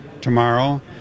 tomorrow